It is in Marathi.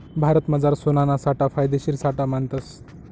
भारतमझार सोनाना साठा फायदेशीर साठा मानतस